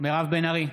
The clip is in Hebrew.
מירב בן ארי,